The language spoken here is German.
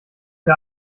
der